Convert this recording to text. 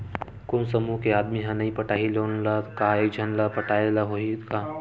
कोन समूह के आदमी हा नई पटाही लोन ला का एक झन ला पटाय ला होही का?